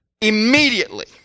immediately